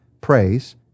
praise